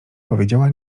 powiedziała